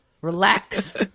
Relax